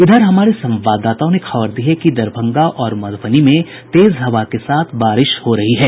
इधर हमारे संवाददाताओं ने खबर दी है कि दरभंगा और मधुबनी में तेज हवा के साथ बारिश हो रही है